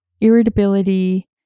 irritability